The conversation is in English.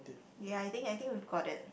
ya I think I think we got it